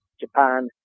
Japan